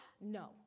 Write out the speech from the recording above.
no